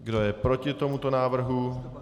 Kdo je proti tomuto návrhu?